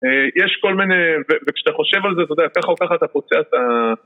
יש כל מיני, וכשאתה חושב על זה, אתה יודע, ככה או ככה אתה פוצע את ה